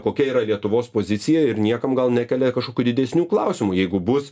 kokia yra lietuvos pozicija ir niekam gal nekelia kažkokių didesnių klausimų jeigu bus